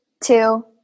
two